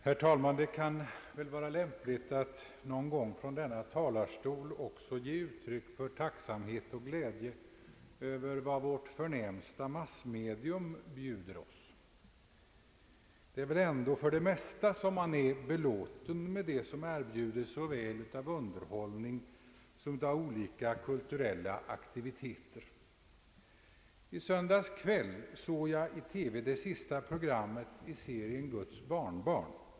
Herr talman! Det kan vara lämpligt att någon gång från denna talarstol också ge uttryck för tacksamhet och glädje över vad vårt förnämsta massmedium bjuder oss. Det är väl ändå för det mesta som man är belåten med det som erbjudes såväl av underhållning som av olika kulturella aktiviteter. I söndags kväll såg jag i TV det sista programmet i serien Guds barnbarn.